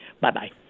Bye-bye